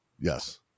Yes